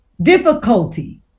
difficulty